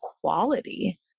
quality